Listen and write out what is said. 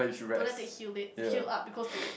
to let it heal it heal up because to